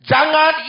Jangan